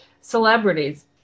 celebrities